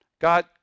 God